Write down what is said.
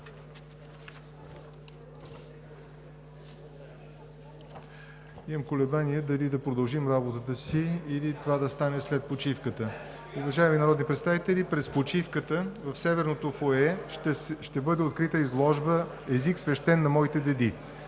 Имам колебания дали да продължим работата си, или това да стане след почивката. (Реплики.) Уважаеми народни представители през почивката в Северното фоайе ще бъде открита изложба „Език свещен на моите деди: